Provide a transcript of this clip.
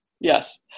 yes